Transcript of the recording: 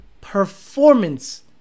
performance